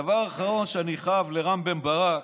ודבר אחרון, שאני חייב לרם בן ברק,